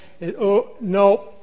no